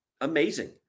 amazing